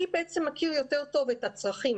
מי בעצם מכיר יותר טוב את הצרכים,